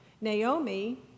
Naomi